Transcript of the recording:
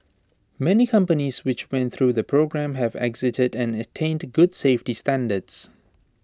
many companies which went through the programme have exited and attained good safety standards